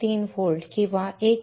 3 volt किंवा 1